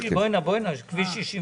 מה היה קורה?